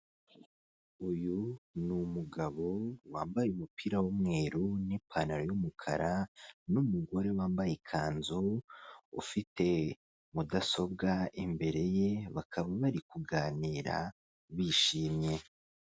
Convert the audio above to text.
Uyu n’umugabo wambaye umupira w'umweru, n’ipantaro y’umukara, n'umugore wambaye ikanzu ufite mudasobwa imbere ye bakaba bari kuganira bishimye.